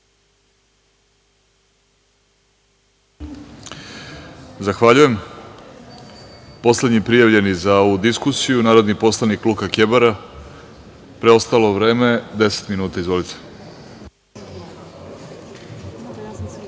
Zahvaljujem. Poslednji prijavljeni za ovu diskusiju je narodni poslanik Luka Kebara. Preostalo vreme 10 minuta. Izvolite. **Luka